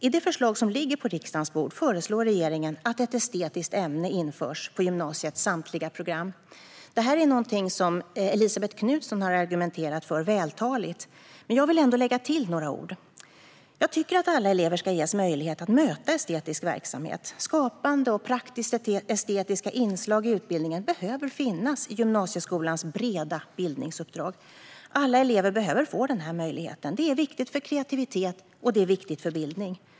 I det förslag som ligger på riksdagens bord föreslår regeringen att ett estetiskt ämne införs på gymnasiets samtliga program. Det här är någonting som Elisabet Knutsson har argumenterat för vältaligt. Men jag vill ändå lägga till några ord. Jag tycker att alla elever ska ges möjlighet att möta estetisk verksamhet. Skapande och praktisk-estetiska inslag i utbildningen behöver finnas i gymnasieskolans breda bildningsuppdrag. Alla elever behöver få den här möjligheten. Det är viktigt för kreativitet och bildning.